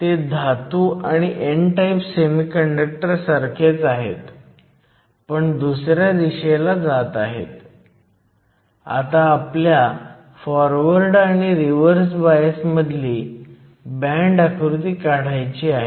जर ni चे मूल्य कमी झाले तर बिल्ट इन पोटेन्शियल मूलत वाढेल